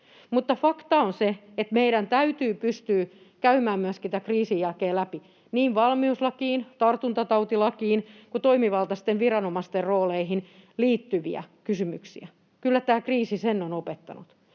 fakta on se, että meidän täytyy pystyä käymään myöskin tämän kriisin jälkeen läpi niin valmiuslakiin, tartuntatautilakiin kuin toimivaltaisten viranomaisten rooleihin liittyviä kysymyksiä. Kyllä tämä kriisi sen on opettanut.